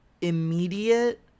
immediate